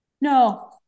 No